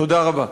תודה רבה.